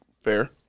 fair